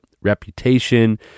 reputation